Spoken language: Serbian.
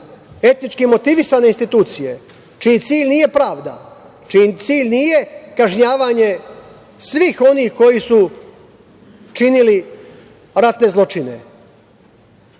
etnički motivisana institucija, čiji cilj nije pravda, čiji cilj nije kažnjavanje svih onih koji su činili ratne zločine.